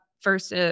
first